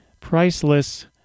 priceless